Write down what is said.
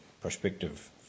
prospective